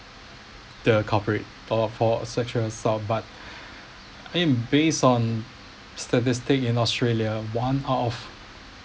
the corporate for for sexual assault but I mean based on statistics in Australia one out of